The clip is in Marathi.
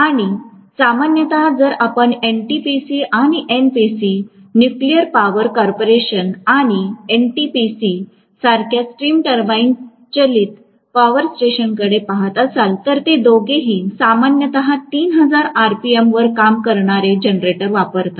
आणि सामान्यत जर आपण NTPC किंवा NPC न्यूक्लिअर पॉवर कॉर्पोरेशन आणि NTPC सारख्या स्ट्रीम टर्बाइन चालित पॉवर स्टेशनकडे पहात असाल तर हे दोघेही सामान्यत 3000 rpm वर काम करणारे जनरेटर वापरतात